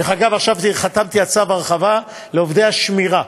דרך אגב, עכשיו חתמתי על צו הרחבה לעובדי השמירה.